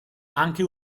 anche